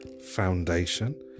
foundation